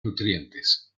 nutrientes